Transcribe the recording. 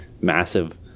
massive